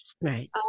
right